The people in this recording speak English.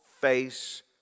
face